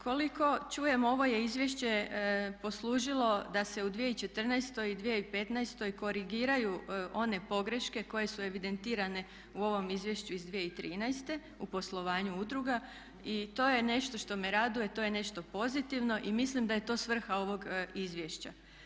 Koliko čujem ovo je izvješće poslužilo da se u 2014. i 2015. korigiraju one pogreške koje su evidentirane u ovom izvješću iz 2013.u poslovanju udruga i to je nešto što me raduje, to je nešto pozitivno i mislim da je to svrha ovog izvješća.